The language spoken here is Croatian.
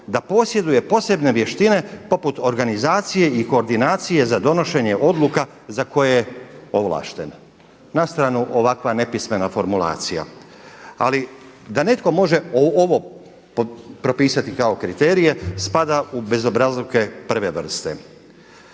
da posjeduje posebne vještine poput organizacije i koordinacije za donošenje odluka za koje je ovlašten. Nastranu ovakva nepismena formulacija. Ali da netko može ovo propisati kao kriterije spada u bezobrazluke prve vrste.